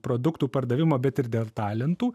produktų pardavimo bet ir dėl talentų